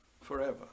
forever